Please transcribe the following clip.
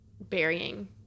burying